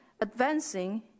advancing